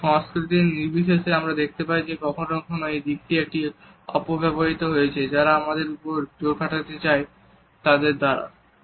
এবং সংস্কৃতি নির্বিশেষে আমরা দেখতে পাই যে কখনো কখনো এই দিকটি অপব্যবহৃত হয়েছে যারা আমাদের ওপর জোর খাটাতে চায় তাদের দ্বারা